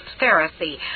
Pharisee